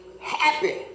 happy